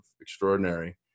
extraordinary